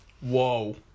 Whoa